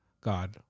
God